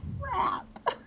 crap